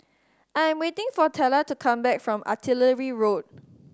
I am waiting for Tella to come back from Artillery Road